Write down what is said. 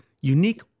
unique